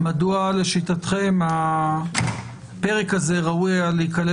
מדוע לשיטתכם הפרק הזה ראוי היה להיכלל